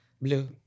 Blue